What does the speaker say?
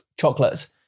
chocolates